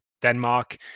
Denmark